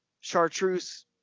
chartreuse